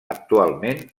actualment